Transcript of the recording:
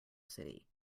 city